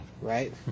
Right